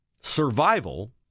Survival